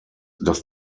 dass